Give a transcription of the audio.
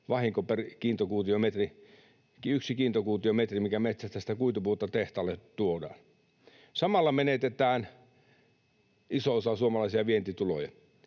vahinko per yksi kiintokuutiometri, mikä metsästä sitä kuitupuuta tehtaalle tuodaan. Samalla menetetään iso osa suomalaisia vientituloja.